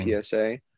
PSA